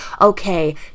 okay